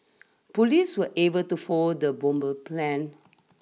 police were able to foil the bomber plan